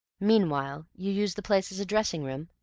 meanwhile you use the place as a dressing-room?